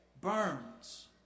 burns